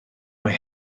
mae